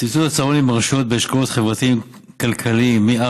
סבסוד הצהרונים ברשויות באשכולות חברתיים-כלכליים 4